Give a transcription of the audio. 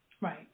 Right